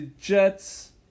Jets